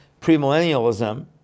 premillennialism